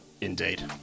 indeed